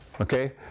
Okay